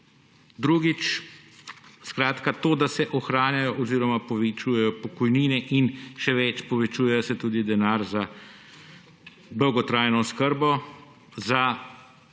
drugič to, da se ohranjajo oziroma povečujejo pokojnine, in še več, povečuje se tudi denar za dolgotrajno oskrbo, za zdravstvo.